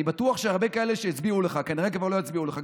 אני בטוח שהרבה כאלה שהצביעו לך כנראה כבר לא יצביעו לך,